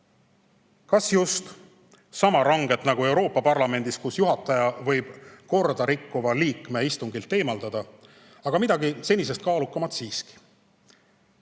kas just sama ranget nagu Euroopa Parlamendis, kus juhataja võib lasta korda rikkuva liikme istungilt eemaldada, aga midagi senisest kaalukamat siiski.